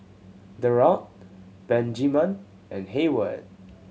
Derald Benjiman and Heyward